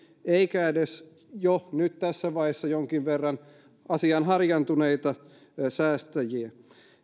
eikä edes jo nyt tässä vaiheessa jonkin verran asiaan harjaantuneita säästäjiä